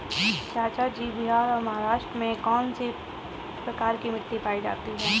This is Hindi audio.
चाचा जी बिहार और महाराष्ट्र में कौन सी प्रकार की मिट्टी पाई जाती है?